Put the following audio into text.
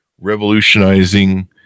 revolutionizing